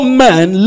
man